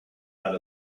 out